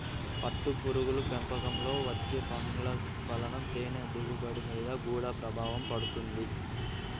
పట్టుపురుగుల పెంపకంలో వచ్చే ఫంగస్ల వలన తేనె దిగుబడి మీద గూడా ప్రభావం పడుతుంది